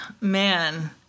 Man